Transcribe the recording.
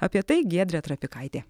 apie tai giedrė trapikaitė